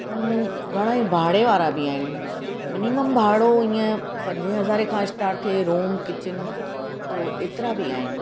ऐं घणाई भाड़े वारा बि आहिनि मिनिमम भाड़ो ईअं पंजे हज़ारे खां स्टार्ट थिए रूम किचन जो एतिरा बि आहिनि